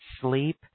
sleep